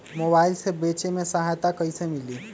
Mobile से बेचे में सहायता कईसे मिली?